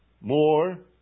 more